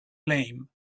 lame